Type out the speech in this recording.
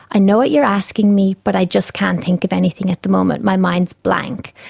i know what you're asking me but i just can't think of anything at the moment, my mind is blank.